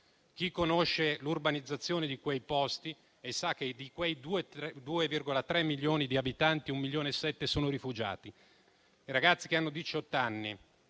chi conosce l'urbanizzazione di quei posti, sa che, di quei 2,3 milioni di abitanti, 1,7 milioni sono rifugiati. I ragazzi che hanno